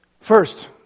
First